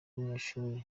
abanyeshuri